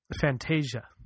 Fantasia